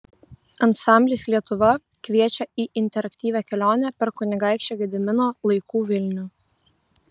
ansamblis lietuva kviečia į interaktyvią kelionę per kunigaikščio gedimino laikų vilnių